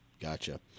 Gotcha